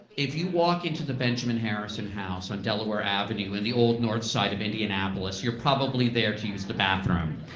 if you walk into the benjamin harrison house on delaware avenue in the old north side of indianapolis, you're probably there to use the bathroom.